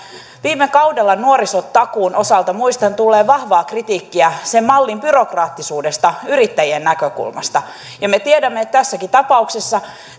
viime kaudella nuorisotakuun osalta muistan tulleen vahvaa kritiikkiä sen mallin byrokraattisuudesta yrittäjien näkökulmasta me tiedämme että tässäkin tapauksessa